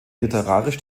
literarisch